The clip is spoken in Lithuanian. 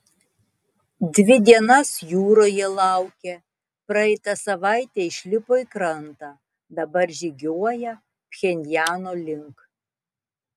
dvi dienas jūroje laukę praeitą savaitę išlipo į krantą dabar žygiuoja pchenjano link